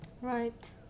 Right